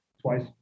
Twice